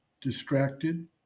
distracted